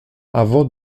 avant